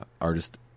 artist